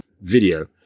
video